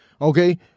Okay